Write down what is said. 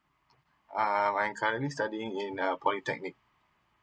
uh I'm currently studying in a polytechnic